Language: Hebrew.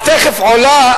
את תיכף עולה,